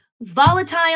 Volatile